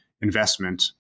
investment